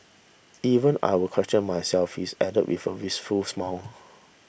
even I will question myself he added with a wistful smile